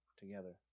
together